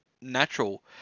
natural